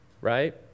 right